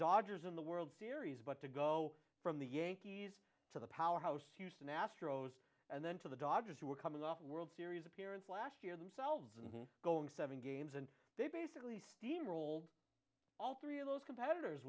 dodgers in the world series but to go from the yankees to the powerhouse houston astros and then to the dodgers who were coming off a world series appearance last year themselves and going seven games and they basically steamrolled all three of those competitors